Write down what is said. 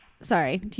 sorry